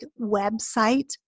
website